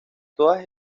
todas